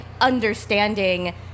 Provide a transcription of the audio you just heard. understanding